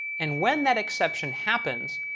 and when that exception happens,